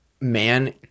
man